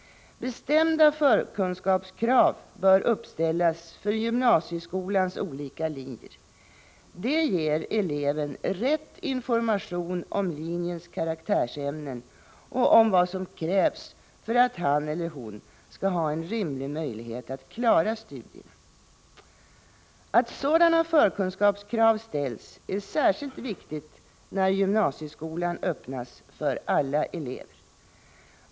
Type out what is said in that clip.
Bestämda förkunskapskrav bör uppställas för gymnasieskolans olika linjer. Det ger eleven rätt information om linjens karaktärsämnen och om vad som krävs för att han eller hon skall ha en rimlig möjlighet att klara studierna. Att sådana förkunskapskrav ställs är särskilt viktigt när gymnasieskolan öppnas för alla elever.